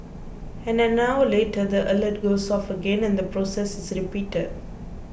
and an hour later the alert goes off again and the process is repeated